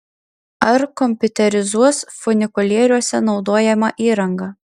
ar kompiuterizuos funikulieriuose naudojamą įrangą